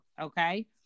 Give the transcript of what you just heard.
okay